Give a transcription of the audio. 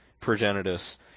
progenitus